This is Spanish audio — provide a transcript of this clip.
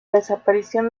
desaparición